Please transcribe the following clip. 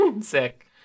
Sick